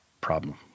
problem